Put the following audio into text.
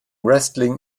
wrestling